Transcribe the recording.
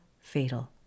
fatal